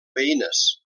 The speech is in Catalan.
veïnes